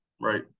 right